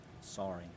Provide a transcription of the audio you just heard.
Sorry